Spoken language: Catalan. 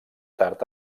tard